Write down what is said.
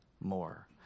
more